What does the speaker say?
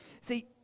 See